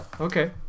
Okay